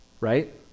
Right